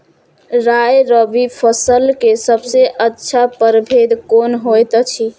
राय रबि फसल के सबसे अच्छा परभेद कोन होयत अछि?